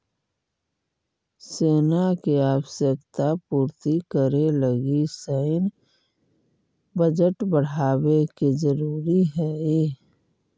सेना के आवश्यकता पूर्ति करे लगी सैन्य बजट बढ़ावे के जरूरी हई